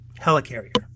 helicarrier